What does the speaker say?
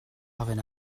ofyn